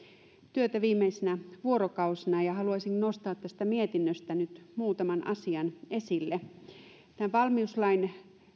työtä viimeisinä vuorokausina haluaisin nostaa tästä mietinnöstä nyt muutaman asian esille tämän valmiuslain